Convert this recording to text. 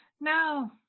no